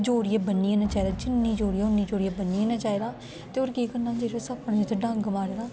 जोरियै बन्नी ओड़ना चाहिदा जिन्ना जोरियै उन्ना जोरियै बनी ओड़ना चाहिदा ते और केह् करना जित्थे सप्प ने डंग मारे दा